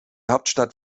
hauptstadt